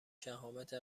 شهامت